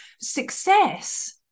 success